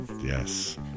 Yes